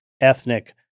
ethnic